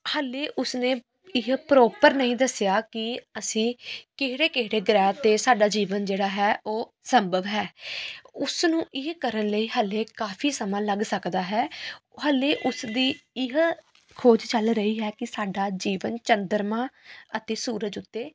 ਹਜੇ ਉਸ ਨੇ ਇਹ ਪ੍ਰੋਪਰ ਨਹੀਂ ਦੱਸਿਆ ਕਿ ਅਸੀਂ ਕਿਹੜੇ ਕਿਹੜੇ ਗ੍ਰਹਿ 'ਤੇ ਸਾਡਾ ਜੀਵਨ ਜਿਹੜਾ ਹੈ ਉਹ ਸੰਭਵ ਹੈ ਉਸ ਨੂੰ ਇਹ ਕਰਨ ਲਈ ਹਲੇ ਕਾਫੀ ਸਮਾਂ ਲੱਗ ਸਕਦਾ ਹੈ ਹਜੇ ਉਸ ਦੀ ਇਹ ਖੋਜ ਚੱਲ ਰਹੀ ਹੈ ਕਿ ਸਾਡਾ ਜੀਵਨ ਚੰਦਰਮਾ ਅਤੇ ਸੂਰਜ ਉੱਤੇ